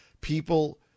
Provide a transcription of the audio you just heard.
people